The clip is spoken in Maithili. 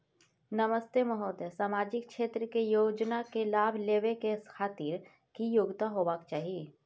नमस्ते महोदय, सामाजिक क्षेत्र के योजना के लाभ लेबै के खातिर की योग्यता होबाक चाही?